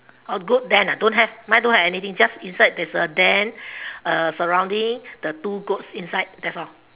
a goat den ah don't have mine don't have anything just inside there is a den uh surrounding the two goats inside that's all